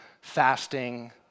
fasting